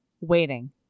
waiting